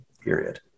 period